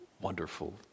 wonderful